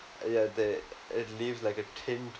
ya they it leaves like a tint